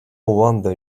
wonder